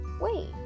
wait